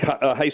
high